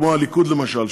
כמו הליכוד למשל,